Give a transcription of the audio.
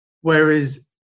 Whereas